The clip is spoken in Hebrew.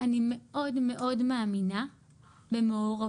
אני מאוד מאוד מאמינה במעורבות,